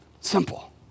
simple